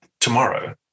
tomorrow